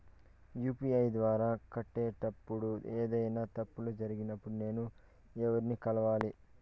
UPI ద్వారా కట్టేటప్పుడు ఏదైనా తప్పులు జరిగినప్పుడు నేను ఎవర్ని కలవాలి?